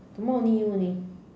tomorrow only you only